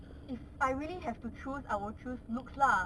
if I really have to choose I will choose looks lah